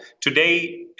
today